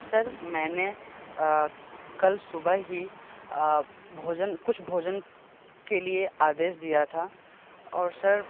sir मैंने कल सुबह ही भोजन कुछ भोजन के लिए आदेश दिया था और सर